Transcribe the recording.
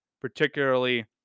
particularly